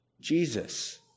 Jesus